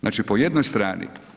Znači po jednoj strani.